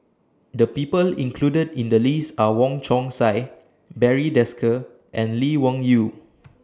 The People included in The list Are Wong Chong Sai Barry Desker and Lee Wung Yew